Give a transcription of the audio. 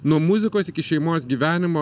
nuo muzikos iki šeimos gyvenimo